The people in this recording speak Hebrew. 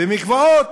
מקוואות